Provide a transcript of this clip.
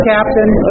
Captain